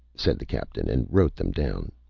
said the captain, and wrote them down.